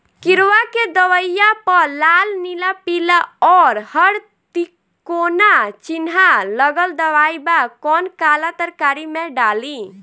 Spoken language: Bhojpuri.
किड़वा के दवाईया प लाल नीला पीला और हर तिकोना चिनहा लगल दवाई बा कौन काला तरकारी मैं डाली?